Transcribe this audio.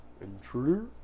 intruder